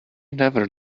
never